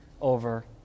over